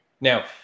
Now